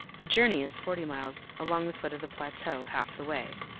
the journey is forty miles, along the foot of the plateau half the way,